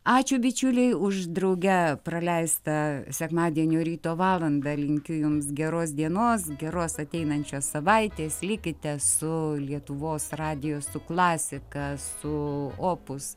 ačiū bičiuliai už drauge praleistą sekmadienio ryto valandą linkiu jums geros dienos geros ateinančios savaitės likite su lietuvos radiju su klasika su opus